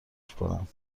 کنم